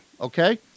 Okay